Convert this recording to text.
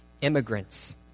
immigrants